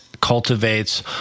cultivates